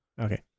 Okay